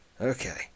okay